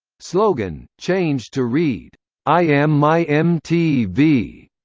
slogan, changed to read i am my mtv.